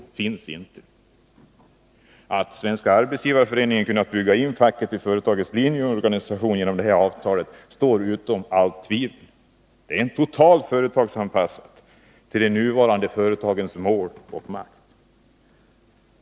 Att Svenska arbetsgivareföreningen genom detta avtal har kunnat bygga in facket i företagets linjeorganisation råder det inget tvivel om. Avtalet är helt företagsanpassat till de nuvarande företagens mål och makt.